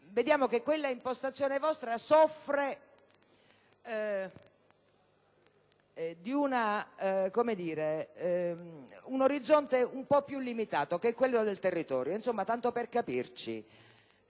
però che quella vostra impostazione soffre di un orizzonte un po' più limitato, che è quello del territorio. Insomma, tanto per capirci,